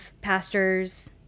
pastors